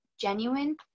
genuine